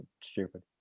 stupid